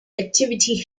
activity